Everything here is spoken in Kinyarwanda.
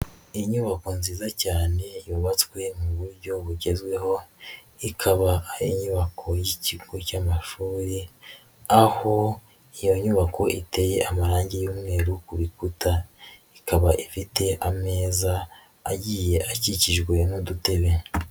Inyubako nziza cyane yubatswe mu buryo bugezweho ikaba ari inyubako y'ikigo cy'amashuri, aho iyo nyubako iteye amarange y'umweru ku bikuta, ikaba ifite ameza agiye akikijwe n'udutebe.